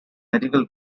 medical